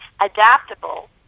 adaptable